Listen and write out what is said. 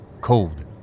cold